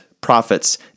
prophets